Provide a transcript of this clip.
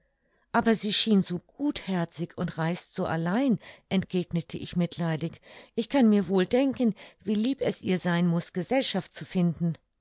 aber sie schien so gutherzig und reist so allein entgegnete ich mitleidig ich kann mir wohl denken wie lieb es ihr sein muß gesellschaft zu finden